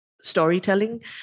storytelling